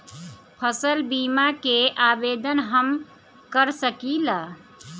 फसल बीमा के आवेदन हम कर सकिला?